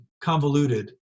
convoluted